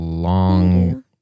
Long